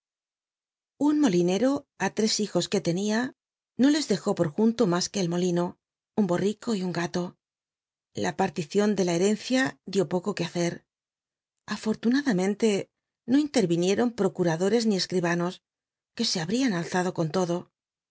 un molinero á res hijos que lcnia no les lj dc j i por junio ma que el molino un y t borrico r un gato la parlicion d la hcf gs ll'ncia dió poco que hacer aforl unadac l e mcnle no in len inicron procuradort ni csj j t cribano filie e habrían all ado con todo